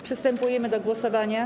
Przystępujemy do głosowania.